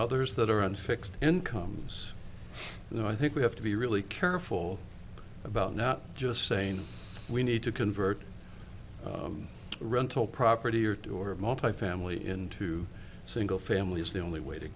others that are on fixed incomes you know i think we have to be really careful about not just saying we need to convert rental property or two or multifamily into single family is the only way to